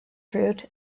fruit